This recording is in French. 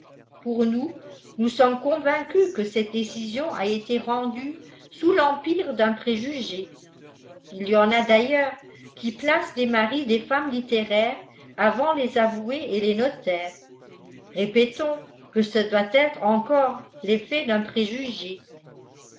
pour nous nous sommes convaincus que cette décision a été rendue sous l'empire dun préjugé il y en a d'ailleurs qui placent les maris des femmes littéraires avant les avoués et les notaires répétons que ce doit être encore l'effet d un préjugé